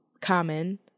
common